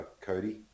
Cody